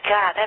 God